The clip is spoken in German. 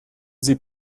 sie